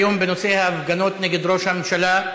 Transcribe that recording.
נעבור להצעות לסדר-היום בנושא: ההפגנות נגד ראש הממשלה,